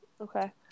Okay